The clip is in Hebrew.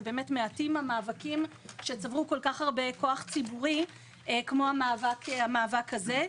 ובאמת מעטים המאבקים שצברו כל כך הרבה כוח ציבורי כמו המאבק הזה.